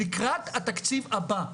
לקראת התקציב הבא.